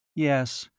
yes.